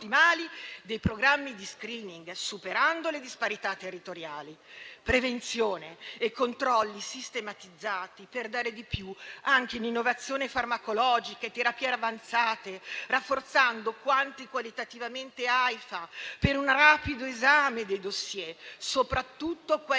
dei programmi di *screening* superando le disparità territoriali. Prevenzione e controlli sistematizzati per dare di più anche in innovazioni farmacologiche e terapie avanzate, rafforzando quantitativamente e qualitativamente Aifa, per una rapido esame dei *dossier*, soprattutto quelli